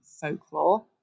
folklore